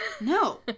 No